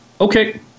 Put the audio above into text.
Okay